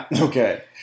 Okay